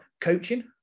coaching